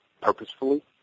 purposefully